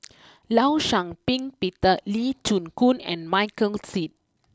Law Shau Ping Peter Lee Chin Koon and Michael Seet